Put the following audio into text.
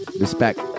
Respect